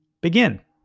begin